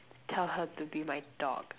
tell her to be my dog